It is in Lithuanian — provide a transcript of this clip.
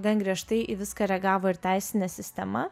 gan griežtai į viską reagavo ir teisinė sistema